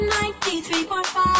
93.5